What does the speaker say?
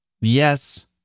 Yes